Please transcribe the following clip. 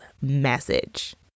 message